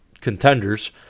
contenders